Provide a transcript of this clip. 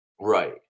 Right